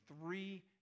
three